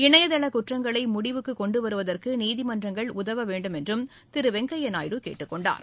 இணையதள குற்றங்களை முடிவுக்கு கொண்டு வருவதற்கு நீதிமன்றங்கள் உதவ வேண்டும் என்றும் திரு வெங்கையா நாயுடு கேட்டுக் கொண்டார்